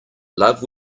love